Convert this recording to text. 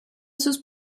sus